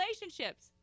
relationships